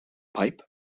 pipe